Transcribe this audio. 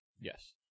Yes